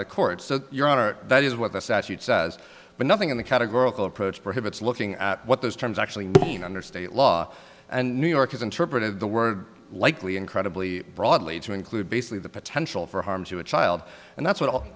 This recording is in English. the court so your honor that is what the statute says but nothing in the categorical approach prohibits looking at what those terms actually mean under state law and new york is interpreted the word likely incredibly broadly to include basically the potential for harm to a child and that's what all